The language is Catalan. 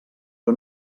que